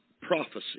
prophecy